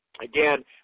Again